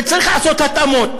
וצריך לעשות התאמות.